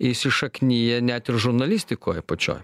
įsišaknija net ir žurnalistikoj pačioj